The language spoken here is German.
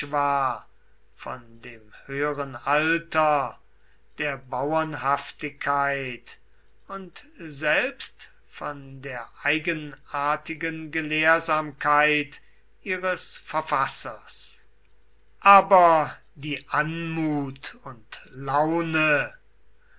von dem höheren alter der bauernhaftigkeit und selbst von der eigenartigen gelehrsamkeit ihres verfassers aber die anmut und laune